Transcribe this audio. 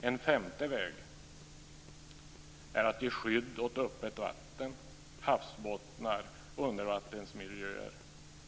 En femte väg är att ge skydd åt öppet vatten, havsbottnar och undervattensmiljöer